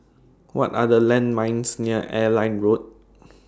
What Are The landmarks near Airline Road